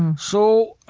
and so,